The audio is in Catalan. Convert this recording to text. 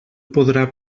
podrà